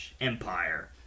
Empire